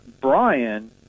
Brian